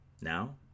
Now